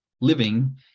living